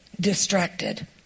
distracted